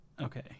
Okay